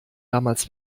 damals